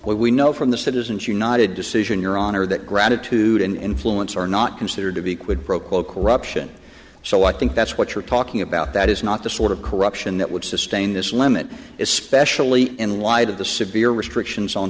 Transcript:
we know from the citizens united decision your honor that gratitude and influence are not considered to be quid pro quo corruption so i think that's what you're talking about that is not the sort of corruption that would sustain this limit especially in light of the severe restrictions on